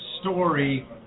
story